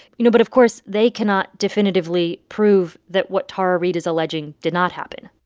you know, but, of course, they cannot definitively prove that what tara reade is alleging did not happen